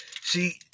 see